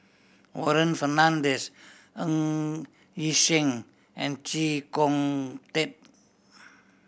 Warren Fernandez Ng Yi Sheng and Chee Kong Tet